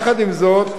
עם זאת,